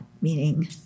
meaning